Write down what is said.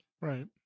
Right